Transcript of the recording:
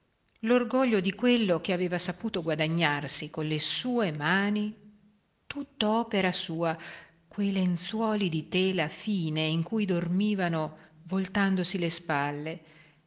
l'orgoglio di quello che aveva saputo guadagnarsi colle sue mani tutto opera sua quei lenzuoli di tela fine in cui dormivano voltandosi le spalle